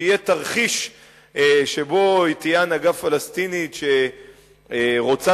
שיהיה תרחיש שבו תהיה הנהגה פלסטינית שרוצה